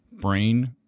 brain